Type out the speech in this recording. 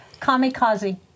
kamikaze